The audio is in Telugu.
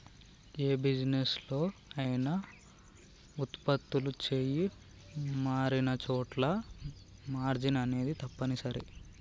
యే బిజినెస్ లో అయినా వుత్పత్తులు చెయ్యి మారినచోటల్లా మార్జిన్ అనేది తప్పనిసరి